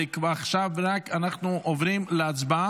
ועכשיו אנחנו רק עוברים להצבעה,